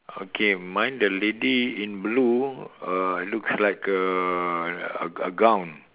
okay mine the lady in blue uh looks like a a a gown